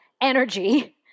energy